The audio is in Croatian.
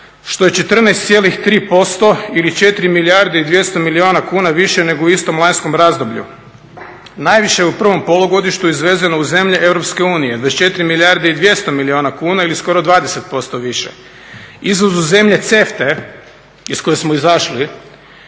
što je 14,3% ili 4 milijarde i 200 milijuna kuna više nego u istom lanjskom razdoblju. Najviše u prvom polugodištu izvezeno u zemlje EU 24 milijarde i 200 milijuna kuna ili skoro 20% više. Izvoz u zemlje CEFTA-e iz koje smo izašli